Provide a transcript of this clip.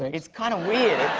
it's kind of weird.